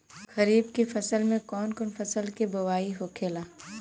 खरीफ की फसल में कौन कौन फसल के बोवाई होखेला?